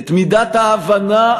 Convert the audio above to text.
את מידת ההבנה,